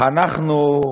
חנכנו,